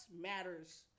matters